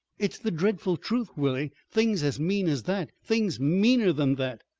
it's the dreadful truth, willie. things as mean as that! things meaner than that!